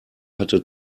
hatte